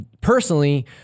personally